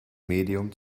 medium